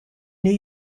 new